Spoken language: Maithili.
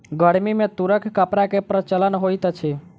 गर्मी में तूरक कपड़ा के प्रचलन होइत अछि